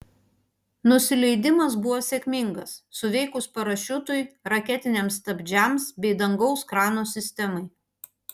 nusileidimas buvo sėkmingas suveikus parašiutui raketiniams stabdžiams bei dangaus krano sistemai